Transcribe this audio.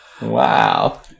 Wow